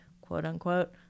quote-unquote